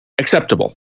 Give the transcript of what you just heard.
acceptable